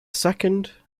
second